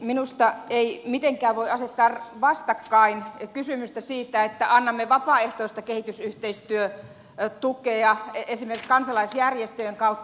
minusta ei mitenkään voi asettaa vastakkain kysymystä siitä että annamme vapaaehtoista kehitysyhteistyötukea esimerkiksi kansalaisjärjestöjen kautta